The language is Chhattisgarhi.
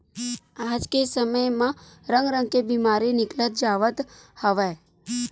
आज के समे म रंग रंग के बेमारी निकलत जावत हवय